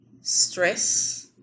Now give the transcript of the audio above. stress